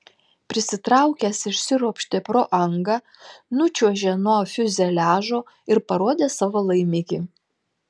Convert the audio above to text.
prisitraukęs išsiropštė pro angą nučiuožė nuo fiuzeliažo ir parodė savo laimikį